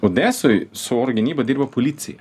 odesoj su oro gynyba dirba policija